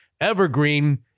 Evergreen